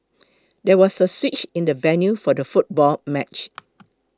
there was a switch in the venue for the football match